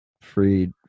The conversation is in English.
freed